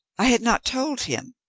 i had not told him.